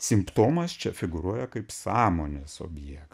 simptomas čia figūruoja kaip sąmonės objektas